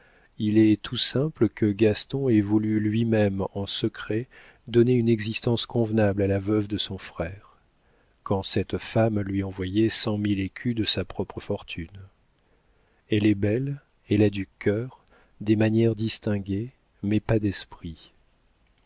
il est tout simple que gaston ait voulu lui-même en secret donner une existence convenable à la veuve de son frère quand cette femme lui envoyait cent mille écus de sa propre fortune elle est belle elle a du cœur des manières distinguées mais pas d'esprit